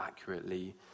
accurately